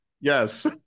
Yes